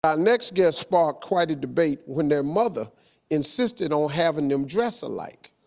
our next guest sparked quite a debate when their mother insisted on having them dress alike.